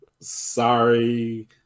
sorry